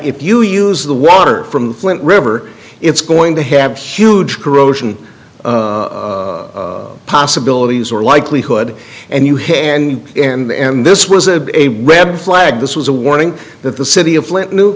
if you use the water from flint river it's going to have huge corrosion possibilities or likelihood and you have and and this was a a red flag this was a warning that the city of flint knew